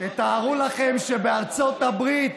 תתארו לעצמכם שבארצות הברית